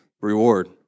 reward